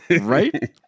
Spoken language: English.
Right